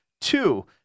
two